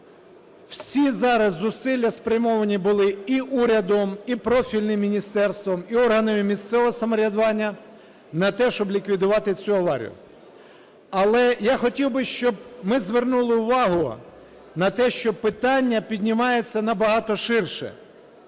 всі зараз зусилля спрямовані були і урядом, і профільним міністерством, і органами місцевого самоврядування на те, щоб ліквідувати цю аварію. Але я хотів би, щоб ми звернули увагу на те, що питання піднімається набагато ширше.